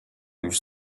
już